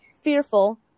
fearful